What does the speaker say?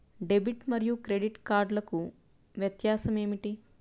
Debit మరియు credit కార్డ్లకు వ్యత్యాసమేమిటీ?